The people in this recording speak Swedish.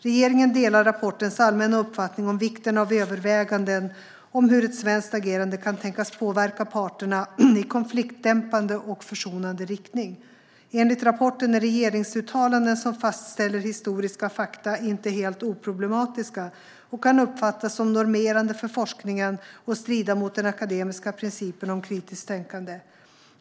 Regeringen instämmer i den allmänna uppfattningen i rapporten om vikten av överväganden om hur ett svenskt agerande kan tänkas påverka parterna i konfliktdämpande och försonande riktning. Enligt rapporten är regeringsuttalanden som fastställer historiska fakta inte helt oproblematiska. De kan uppfattas som normerande för forskningen och strida mot den akademiska principen om kritiskt tänkande.